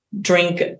drink